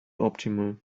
optimal